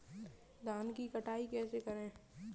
धान की कटाई कैसे करें?